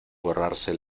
borrarse